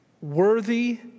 Worthy